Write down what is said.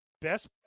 Best –